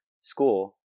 school